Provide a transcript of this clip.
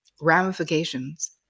ramifications